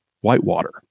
whitewater